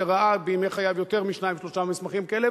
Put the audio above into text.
שראה בימי חייו יותר משניים-שלושה מסמכים כאלה,